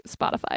Spotify